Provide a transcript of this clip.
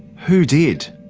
who did?